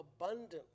abundant